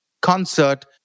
concert